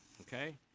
okay